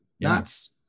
Nuts